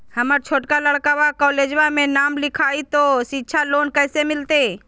हमर छोटका लड़कवा कोलेजवा मे नाम लिखाई, तो सिच्छा लोन कैसे मिलते?